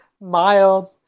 mild